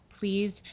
please